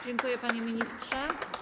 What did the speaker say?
Dziękuję, panie ministrze.